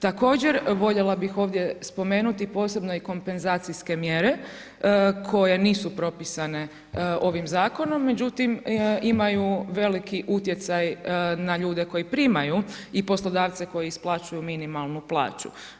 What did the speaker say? Također voljela bih ovdje spomenuti posebno i kompenzacijske mjere, koje nisu propisane ovim Zakonom, međutim imaju veliki utjecaj na ljude koji primaju i poslodavce koji isplaćuju minimalnu plaću.